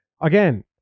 again